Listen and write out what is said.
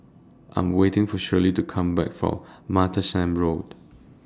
I Am waiting For Shirley to Come Back from Martlesham Road